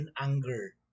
anger